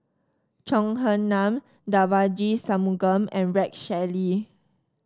Chong Heman Devagi Sanmugam and Rex Shelley